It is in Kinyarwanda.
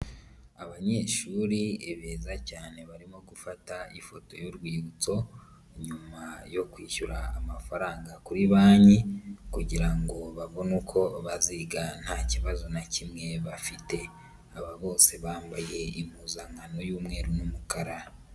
Abanyeshuri beza cyane barimo gufata ifoto y'urwibutso, nyuma yo kwishyura amafaranga kuri banki kugira ngo babone uko baziga nta kibazo na kimwe bafite. Aba bose bambaye impuzankano y'umweru n'umukara.